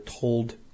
told